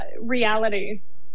realities